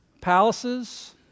Palaces